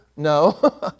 No